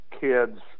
kids